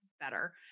better